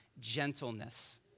gentleness